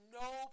no